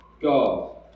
God